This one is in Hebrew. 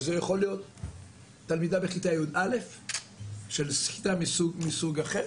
וזה יכול להיות תלמידה בכיתה י"א של סחיטה מסוג אחר,